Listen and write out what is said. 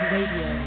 Radio